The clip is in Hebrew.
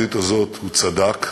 בתחזית הזאת הוא צדק,